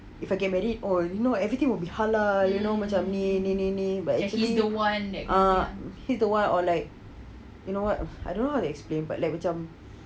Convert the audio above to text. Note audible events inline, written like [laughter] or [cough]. if I get married oh you know everything will be like halal you know macam ni ni ni ni like actually ah he's the one or like you know what [breath] I don't know how to explain but like macam